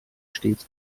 stets